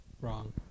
Wrong